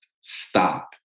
stop